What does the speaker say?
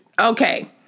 Okay